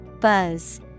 Buzz